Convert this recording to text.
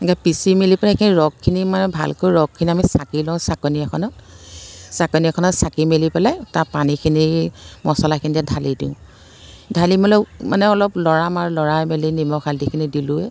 এনেকৈ পিচি মেলি পেলাই এইখিনি ৰসখিনি মানে ভালকৈ ৰসখিনি আমি চাকি লওঁ ছাকনী এখনত ছাকনী এখনত চাকি মেলি পেলাই তাৰ পানীখিনি মচলাখিনিতে ঢালি দিওঁ ঢালি মেলি মানে অলপ লৰাম আৰু লৰাই মেলি নিমখ হালধিখিনি দিলোঁৱেই